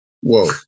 Whoa